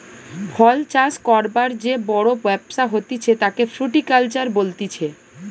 ফল চাষ করবার যে বড় ব্যবসা হতিছে তাকে ফ্রুটিকালচার বলতিছে